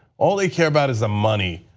all they care about is the money.